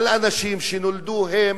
על אנשים שנולדו, הם